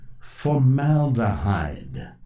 formaldehyde